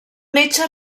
metge